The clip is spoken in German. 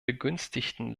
begünstigten